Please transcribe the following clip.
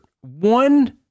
one